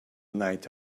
night